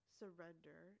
surrender